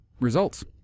results